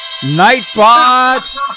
Nightbot